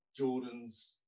Jordans